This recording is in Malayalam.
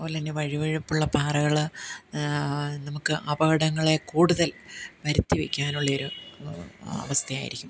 അതുപോലെ തന്നെ വഴുവഴുപ്പുള്ള പാറകൾ നമുക്ക് അപകടങ്ങളെ കൂടുതൽ വരുത്തി വയ്ക്കാനുള്ള ഒരു അവസ്ഥയായിരിക്കും